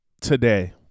today